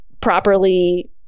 properly